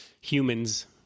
humans